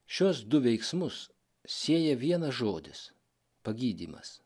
šiuos du veiksmus sieja vienas žodis pagydymas